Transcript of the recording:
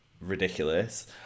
ridiculous